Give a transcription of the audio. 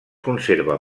conserva